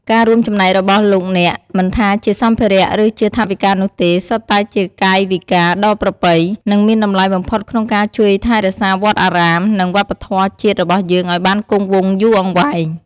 ការរួមចំណែករបស់លោកអ្នក មិនថាជាសម្ភារៈ ឬជាថវិកានោះទេ សុទ្ធតែជាកាយវិការដ៏ប្រពៃ និងមានតម្លៃបំផុតក្នុងការជួយថែរក្សាវត្តអារាម និងវប្បធម៌ជាតិរបស់យើងឱ្យបានគង់វង្សយូរអង្វែង។